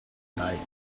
like